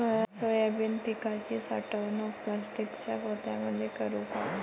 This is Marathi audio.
सोयाबीन पिकाची साठवणूक प्लास्टिकच्या पोत्यामंदी करू का?